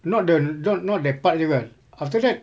not the not not that part jer kan after that